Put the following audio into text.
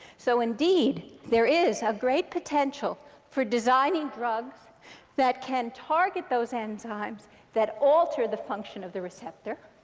so, indeed, there is a great potential for designing drugs that can target those enzymes that alter the function of the receptor.